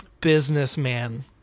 Businessman